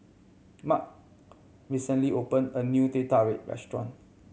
Mart recently opened a new Teh Tarik restaurant